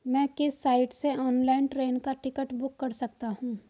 मैं किस साइट से ऑनलाइन ट्रेन का टिकट बुक कर सकता हूँ?